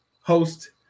host